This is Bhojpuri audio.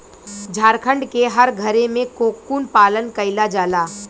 झारखण्ड के हर घरे में कोकून पालन कईला जाला